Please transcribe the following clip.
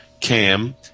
Cam